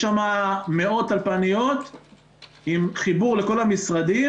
יש שם מאות טלפניות עם חיבור לכל המשרדים,